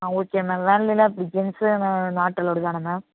ஆ okay ma'am வேன்லலாம் எப்படி ஜென்ஸுங்க நாட் அலோடு தானே மேம்